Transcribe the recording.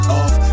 off